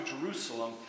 Jerusalem